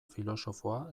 filosofoa